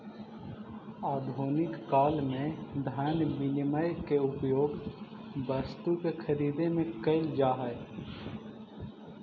आधुनिक काल में धन विनिमय के उपयोग वस्तु के खरीदे में कईल जा हई